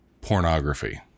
pornography